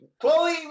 Chloe